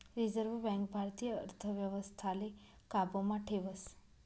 reserve bank भारतीय अर्थव्यवस्थाले काबू मा ठेवस